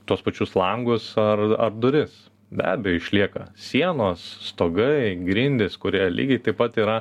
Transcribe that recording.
tuos pačius langus ar ar duris be abejo išlieka sienos stogai grindys kurie lygiai taip pat yra